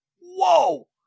whoa